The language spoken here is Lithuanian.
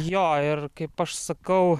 jo ir kaip aš sakau